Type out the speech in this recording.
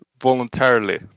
voluntarily